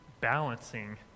balancing